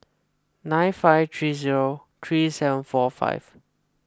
nine five three zero three seven four five